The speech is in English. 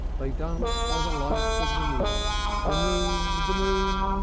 they danced by the light of the moon, the moon, the moon,